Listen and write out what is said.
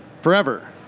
forever